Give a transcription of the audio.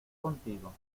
contigo